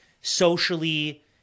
socially